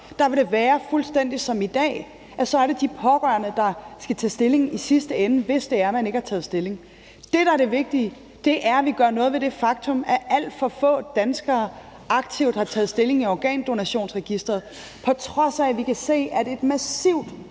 Det vil være fuldstændig som i dag, hvor det er de pårørende, der skal tage stilling i sidste ende, hvis det er, at man ikke har taget stilling. Det, der er det vigtige, er, at vi gør noget ved det faktum, at alt for få danskere aktivt har taget stilling i Organdonorregisteret, på trods af at vi kan se, at et massivt